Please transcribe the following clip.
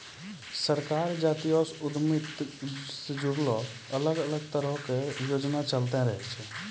सरकार जातीय उद्यमिता से जुड़लो अलग अलग तरहो के योजना चलैंते रहै छै